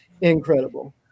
incredible